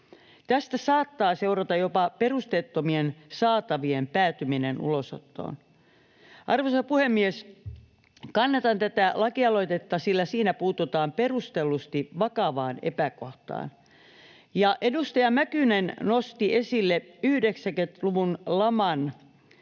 Tästä saattaa seurata jopa perusteettomien saatavien päätyminen ulosottoon. Arvoisa puhemies! Kannatan tätä lakialoitetta, sillä siinä puututaan perustellusti vakavaan epäkohtaan. Edustaja Mäkynen nosti esille 90-luvun laman